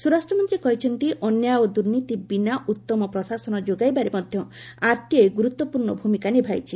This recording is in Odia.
ସ୍ୱାରାଷ୍ଟ୍ରମନ୍ତ୍ରୀ କହିଛନ୍ତି ଅନ୍ୟାୟ ଓ ଦୁର୍ନୀତି ବିନା ଉତ୍ତମ ପ୍ରଶାସନ ଯୋଗାଇବାରେ ମଧ୍ୟ ଆର୍ଟିଆଇ ଗୁରୁତ୍ୱପୂର୍ଣ୍ଣ ଭୂମିକା ନିଭାଇଛି